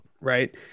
Right